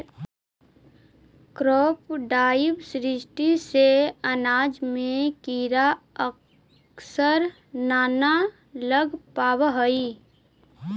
crop diversity से अनाज में कीड़ा अक्सर न न लग पावऽ हइ